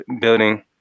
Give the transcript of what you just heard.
building